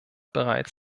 bereits